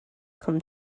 come